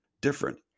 different